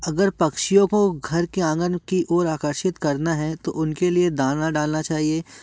अगर पक्षियों को घर के आंगन की ओर आकर्षित करना है तो उनके लिए दाना डालना चाहिए